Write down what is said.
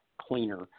cleaner